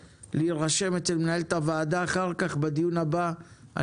תירשמו ואתן לכם עדיפות לדיבור בדיון הבא.